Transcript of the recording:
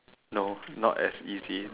no not as easy